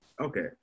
Okay